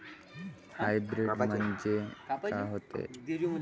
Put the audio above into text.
Hybrid म्हनजे का होते?